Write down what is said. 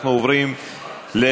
אנחנו עוברים להודעת